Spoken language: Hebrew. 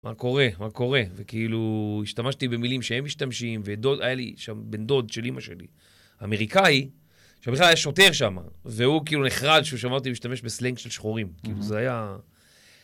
מה קורה? מה קורה? וכאילו, השתמשתי במילים שהם משתמשים, והיה לי שם בן דוד של אימא שלי, אמריקאי, שבכלל היה שוטר שם, והוא כאילו נחרד שהוא שמע אותי להשתמש בסלנג של שחורים. כאילו זה היה...